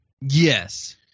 Yes